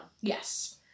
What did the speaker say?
Yes